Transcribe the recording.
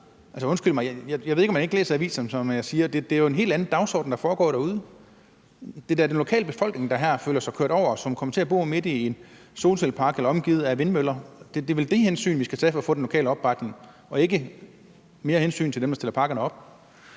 undskyld mig, jeg ved ikke, om man ikke læser aviserne. Som jeg siger, er det jo en helt anden dagsorden, der er derude. Det er da den lokale befolkning, der her føler sig kørt over, og som kommer til at bo midt i en solcellepark eller omgivet af vindmøller. Det er vel det, vi skal tage hensyn til for at få den lokale opbakning, og ikke tage mere hensyn til dem, der stiller parkerne op.